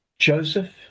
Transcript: Joseph